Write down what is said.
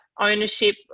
ownership